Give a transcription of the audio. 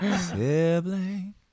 Sibling